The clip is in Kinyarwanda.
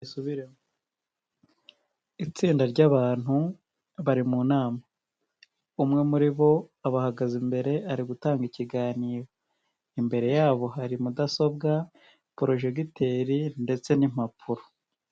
Itsinda ry'abantu bari mu nama umwe muri bo abahagaze imbere ari gutanga ikiganiro, imbere yabo hari mudasobwa projegiteri ndetse n'impapuro.